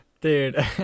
Dude